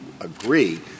agree